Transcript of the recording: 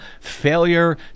failure